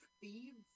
Thieves